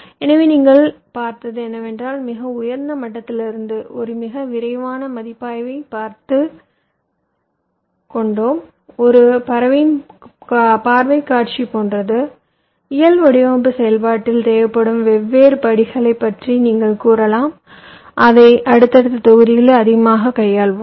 எனவே நீங்கள் பார்த்தது என்னவென்றால் மிக உயர்ந்த மட்டத்திலிருந்து ஒரு மிக விரைவான மதிப்பாய்வை நாங்கள் பார்த்துள்ளோம் ஒரு பறவையின் பார்வைக் காட்சி போன்றது இயல் வடிவமைப்பு செயல்பாட்டில் தேவைப்படும் வெவ்வேறு படிகளைப் பற்றி நீங்கள் கூறலாம் அதை அடுத்தடுத்த தொகுதிகளில் அதிகமாகக் கையாள்வோம்